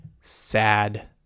sad